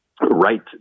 right